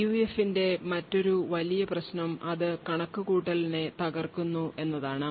പിയുഎഫിന്റെ മറ്റൊരു വലിയ പ്രശ്നം അത് കണക്കുകൂട്ടലിനെ തകർക്കുന്നു എന്നതാണ്